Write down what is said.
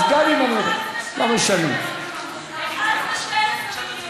11 12 זה דיון משולב.